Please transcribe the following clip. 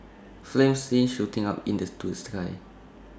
flames seen shooting up into the sky